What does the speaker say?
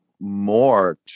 more